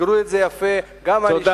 תסגרו את זה יפה: גם ענישה,